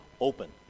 Open